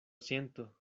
siento